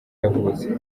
yavutse